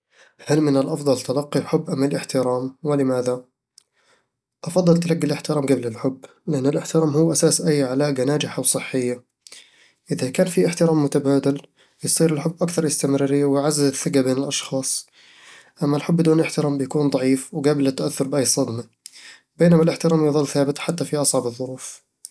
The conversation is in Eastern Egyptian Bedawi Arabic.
هل من الأفضل تلقي الحب أم الاحترام؟ ولماذا؟ أفضل تلقي الاحترام قبل الحب، لأنه الاحترام هو أساس أي علاقة ناجحة وصحية إذا كان في احترام متبادل، يصير الحب أكثر استمرارية، ويعزز الثقة بين الأشخاص أما الحب بدون احترام، بيكون ضعيف وقابل للتأثر بأي صدمة، بينما الاحترام يظل ثابت حتى في أصعب الظروف